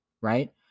Right